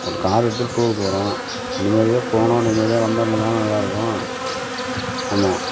ஒரு கார் எடுத்திட்டு டூர் போகிறோம் நிம்மதியாக போனோம் நிம்மதியாக வந்தோம்னு இருந்தால் தான் நல்லாயிருக்கும் ஆமாம்